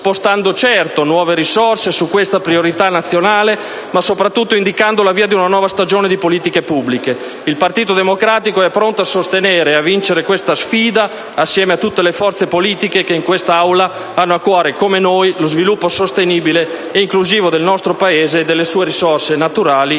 spostando certo nuove risorse su questa priorità nazionale, ma soprattutto indicando l'avvio di una nuova stagione di politiche pubbliche. Il Partito Democratico è pronto a sostenere e a vincere questa sfida, assieme a tutte le forze politiche che in quest'Aula hanno a cuore come noi lo sviluppo sostenibile e inclusivo del nostro Paese e delle sue risorse naturali